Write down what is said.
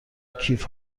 کیف